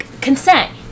Consent